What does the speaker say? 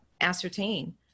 ascertain